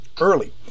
early